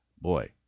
boy